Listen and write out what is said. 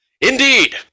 Indeed